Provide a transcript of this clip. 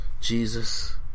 Jesus